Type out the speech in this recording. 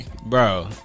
Bro